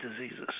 diseases